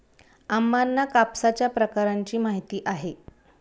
अम्मांना कापसाच्या प्रकारांची माहिती आहे